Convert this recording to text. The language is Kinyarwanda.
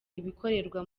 ibikorerwa